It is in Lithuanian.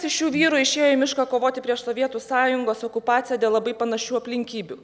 iš šių vyrų išėjo į mišką kovoti prieš sovietų sąjungos okupaciją dėl labai panašių aplinkybių